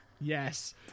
Yes